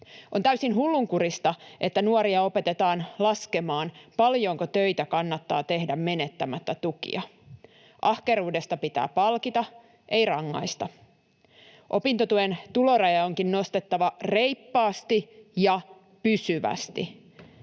On täysin hullunkurista, että nuoria opetetaan laskemaan, paljonko töitä kannattaa tehdä menettämättä tukia. Ahkeruudesta pitää palkita, ei rangaista. Opintotuen tulorajaa onkin nostettava reippaasti ja pysyvästi.